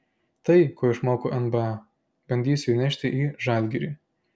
tai ko išmokau nba bandysiu įnešti į žalgirį